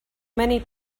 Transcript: many